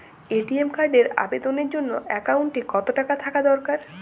ATM কার্ডের আবেদনের জন্য অ্যাকাউন্টে কতো টাকা থাকা দরকার?